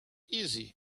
easy